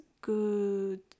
good